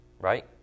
right